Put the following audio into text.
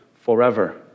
forever